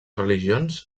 religions